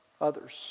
others